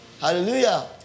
Hallelujah